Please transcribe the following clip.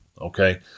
okay